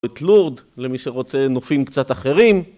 את לורד למי שרוצה נופים קצת אחרים